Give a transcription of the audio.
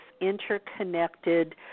interconnected